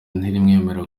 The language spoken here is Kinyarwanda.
ntirimwemerera